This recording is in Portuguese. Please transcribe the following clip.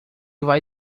vai